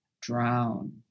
drown